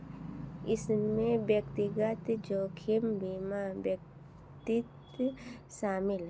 इसमें व्यक्तिगत जोखिम लेना व्यक्तिक शामिल है